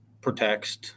protects